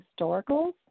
historicals